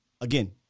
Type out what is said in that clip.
Again